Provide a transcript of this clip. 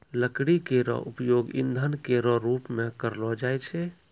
लकड़ी केरो उपयोग ईंधन केरो रूप मे करलो जाय छै